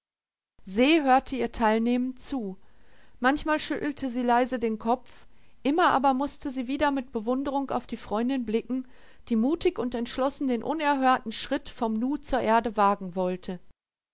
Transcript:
se hörte ihr teilnehmend zu manchmal schüttelte sie leise den kopf immer aber mußte sie wieder mit bewunderung auf die freundin blicken die mutig und entschlossen den unerhörten schritt vom nu zur erde wagen wollte